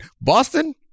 Boston